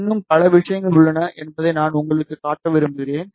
இன்னும் பல விஷயங்கள் உள்ளன என்பதை நான் உங்களுக்குக் காட்ட விரும்புகிறேன்